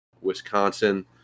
Wisconsin